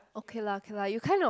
okay lah okay lah you kind of